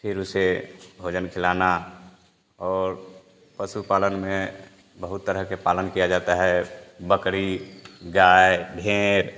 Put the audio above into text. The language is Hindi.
फिर उसे भोजन खिलाना और पशुपालन में बहुत तरह के पालन किया जाता है बकरी गाय भेड़